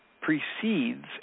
precedes